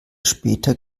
später